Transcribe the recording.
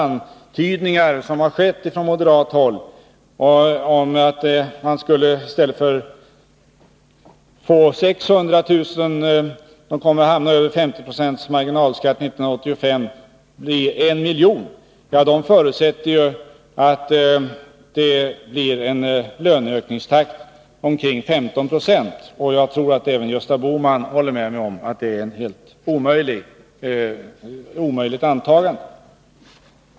Antydningarna från moderat håll om att 1 miljon människor i stället för 600 000 skulle hamna på en marginalskatt över 50 90 år 1985 förutsätter en löneökningstakt på omkring 15 26. Jag tror att även Gösta Bohman håller med mig om att det är ett orimligt antagande.